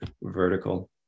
vertical